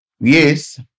Yes